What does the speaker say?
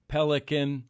Pelican